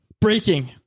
Breaking